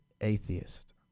atheist